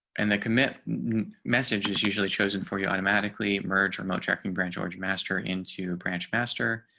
and the commit message is usually chosen for you automatically merge remote tracking brad george master into branch master.